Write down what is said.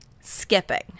skipping